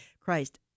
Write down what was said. Christ